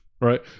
Right